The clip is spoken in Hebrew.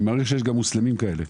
מניח שיש גם מוסלמים כאלה.